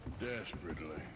desperately